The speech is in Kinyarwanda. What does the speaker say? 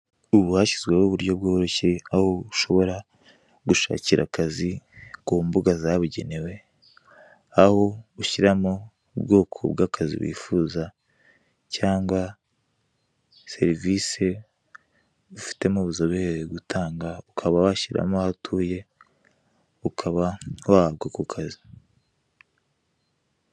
Ubu hashyizweho uburyo bworoshye aho ushobora gushakira akazi ku mbuga zabugenewe, aho ushyiramo ubwoko bw'akazi wifuza cyangwa serivise ufitemo ubuzobere gutanga ukaba washyiramo aho utuye ukaba wahabwa ako kazi.